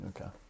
Okay